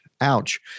Ouch